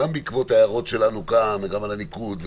גם בעקבות ההערות שלנו כאן וגם על הניקוד,